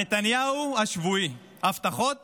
הנתניהו השבועי, הבטחות